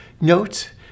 Note